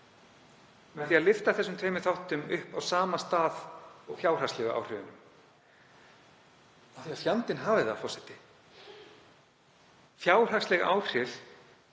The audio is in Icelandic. með því að lyfta þessum tveimur þáttum upp á sama stað og fjárhagslegu áhrifunum. Af því að, fjandinn hafi það, forseti, fjárhagsleg áhrif